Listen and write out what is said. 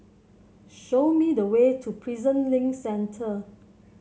show me the way to Prison Link Centre